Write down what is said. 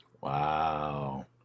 Wow